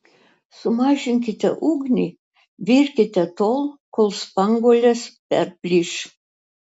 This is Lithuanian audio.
sumažinkite ugnį virkite tol kol spanguolės perplyš